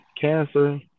cancer